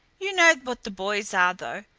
you know what the boys are, though.